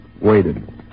waited